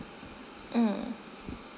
mm